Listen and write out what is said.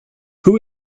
who